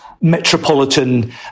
metropolitan